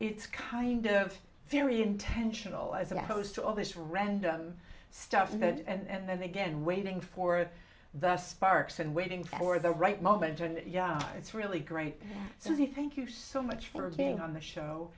it's kind of very intentional as opposed to all this random stuff and again waiting for the sparks and waiting for the right moment and it's really great so we thank you so much for being on the show